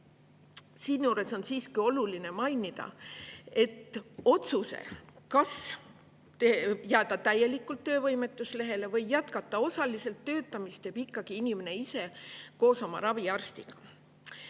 Siinjuures on siiski oluline mainida, et otsuse, kas jääda täielikult töövõimetuslehele või jätkata osaliselt töötamist, teeb ikka inimene ise koos oma raviarstiga.